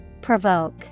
Provoke